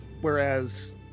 Whereas